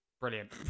Brilliant